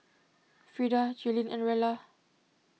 Frida Jalynn and Rella